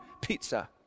pizza